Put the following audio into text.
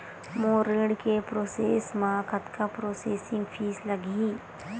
मोर ऋण के प्रोसेस म कतका प्रोसेसिंग फीस लगही?